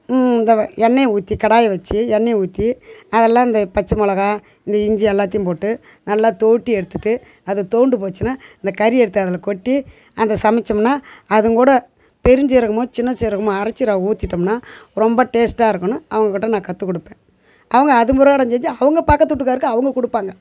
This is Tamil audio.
எண்ணெயை ஊற்றி கடாயை வெச்சு எண்ணெயை ஊற்றி அதெல்லாம் அந்த பச்ச மொளகாய் இந்த இஞ்சி எல்லாத்தையும் போட்டு நல்லா தோவட்டி எடுத்துவிட்டு அதை தொவண்டு போச்சுனால் அந்த கறி எடுத்து அதில் கொட்டி அந்த சமைச்சம்னா அதுங்கூட பெருஞ்சீரகமோ சின்ன சீரகமோ அரைச்சி ரவை ஊற்றிட்டோம்னா ரொம்ப டேஸ்ட்டாக இருக்கணும் அவுங்ககிட்ட நான் கற்று கொடுப்பேன் அவங்க அது முறை அவங்க பக்கத்து வீட்டுக்காரருக்கு அவங்க கொடுப்பாங்க